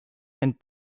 and